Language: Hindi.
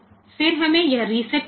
फिर हमें यह रीसेट मिल गया है